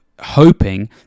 hoping